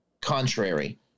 contrary